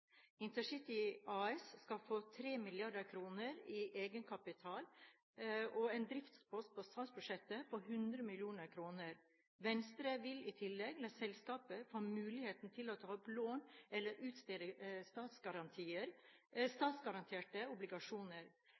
InterCity AS skal få 3 mrd. kr i egenkapital og en driftspost på statsbudsjettet på 100 mill. kr. Venstre vil i tillegg la selskapet ha mulighet til å ta opp lån eller utstede statsgaranterte obligasjoner.